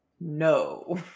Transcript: No